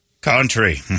country